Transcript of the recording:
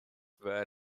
where